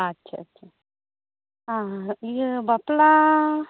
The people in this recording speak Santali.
ᱟᱪᱪᱷᱟ ᱟᱪᱪᱷᱟ ᱤᱭᱟᱹ ᱵᱟᱯᱞᱟ